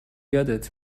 یادت